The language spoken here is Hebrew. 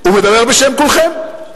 הוא מדבר בשם כולכם?